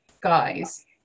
guys